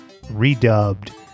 redubbed